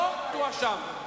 לא תואשם.